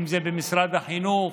אם במשרד החינוך